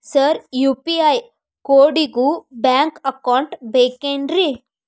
Sir UPI ಕೋಡಿಗೂ bank account ಬೇಕೆನ್ರಿ?